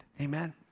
Amen